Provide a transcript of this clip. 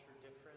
different